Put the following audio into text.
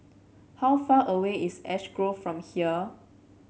how far away is Ash Grove from here